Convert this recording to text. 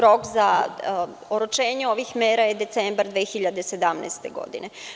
Rok za oročenje ovih mera je decembar 2017. godine.